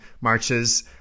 marches